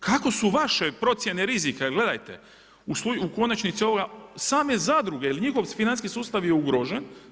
Kako su vaše procjene rizika jer gledajte, u konačnici ovoga same zadruge jer njihov financijski sustav je ugrožen.